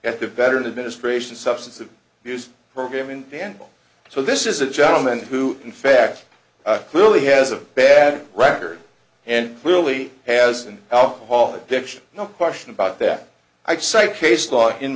the veterans administration substance of abuse program in danville so this is a gentleman who in fact clearly has a bad record and clearly has an alcohol addiction no question about that i